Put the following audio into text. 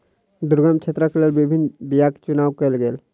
दुर्गम क्षेत्रक लेल विभिन्न बीयाक चुनाव कयल गेल